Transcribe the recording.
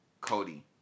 Cody